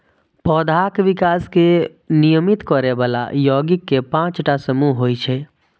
पौधाक विकास कें नियमित करै बला यौगिक के पांच टा समूह होइ छै